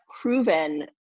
proven